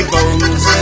Bones